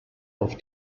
auf